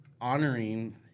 honoring